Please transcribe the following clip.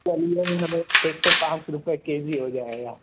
चलिए मैम वह एक सौ पाँच रुपये के जी हो जाएगा